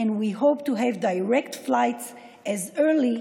אנחנו עושים זאת למען השלום והשגשוג.